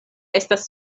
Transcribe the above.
estas